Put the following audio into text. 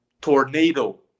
tornado